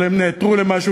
אבל הן נעתרו למשהו,